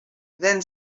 then